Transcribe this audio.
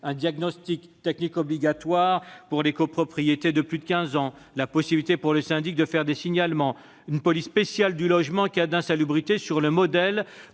un diagnostic technique obligatoire pour les copropriétés de plus de quinze ans ; la possibilité pour les syndics de faire des signalements ; la création d'une police spéciale du logement en cas d'insalubrité sur le modèle